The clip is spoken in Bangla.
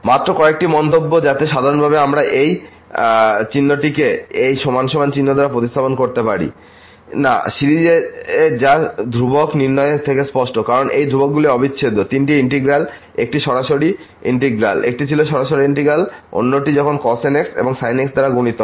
মাত্র কয়েকটি মন্তব্য যাতে সাধারণভাবে আমরা এই চিহ্নটিকে এই চিহ্ন দ্বারা প্রতিস্থাপন করতে পারি না সিরিজে যা ধ্রুবক নির্ণয় থেকে স্পষ্ট কারণ এই ধ্রুবকগুলি অবিচ্ছেদ্য তিনটি ইন্টিগ্র্যাল একটি ছিল সরাসরি ইন্টিগ্র্যাল অন্যটি যখন cos nx এবং sin nx দ্বারা গুণিত হয়